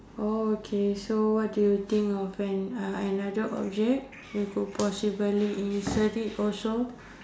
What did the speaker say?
oh okay so what do you think of an uh another object you could possibly insert it also